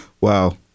Wow